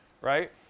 right